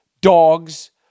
dogs